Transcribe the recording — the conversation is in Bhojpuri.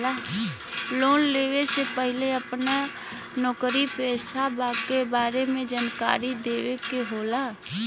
लोन लेवे से पहिले अपना नौकरी पेसा के बारे मे जानकारी देवे के होला?